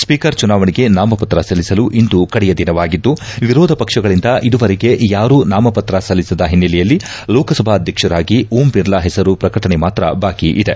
speaker ಚುನಾವಣೆಗೆ ನಾಮಪತ್ರ ಸಲ್ಲಿಸಲು ಇಂದು ಕಡೆಯ ದಿನವಾಗಿದ್ದು ವಿರೋಧ ಪಕ್ಷಗಳಿಂದ ಇದುವರೆಗೆ ಯಾರೂ ನಾಮಪತ್ರ ಸಲ್ಲಿಸದ ಹಿನ್ನೆಲೆಯಲ್ಲಿ ಲೋಕಸಭಾಧ್ಯಕ್ಷರಾಗಿ ಓಂ ಬಿರ್ಲಾ ಹೆಸರು ಪ್ರಕಟಣೆ ಮಾತ್ರ ಬಾಕಿ ಇದೆ